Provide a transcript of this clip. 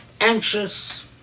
anxious